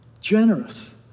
generous